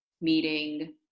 meeting